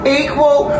equal